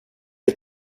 ett